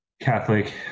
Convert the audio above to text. Catholic